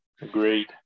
Agreed